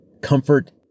Comfort